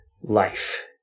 life